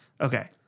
okay